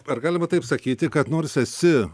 ar galima taip sakyti kad nors esi